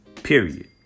Period